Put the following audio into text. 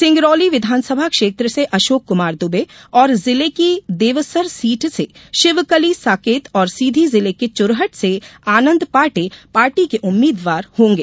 सिंगरौली विधानसभा क्षेत्र से अशोक कुमार दुबे और जिले की देवसर सीट से शिवकली साकेत और सीधी जिले के चुरहट से आनंद पाण्डे पार्टी के उम्मीदवार हों गे